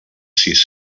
sis